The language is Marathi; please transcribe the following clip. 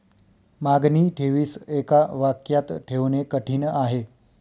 मागणी ठेवीस एका वाक्यात ठेवणे कठीण आहे